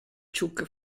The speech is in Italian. chuck